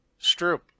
Stroop